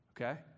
okay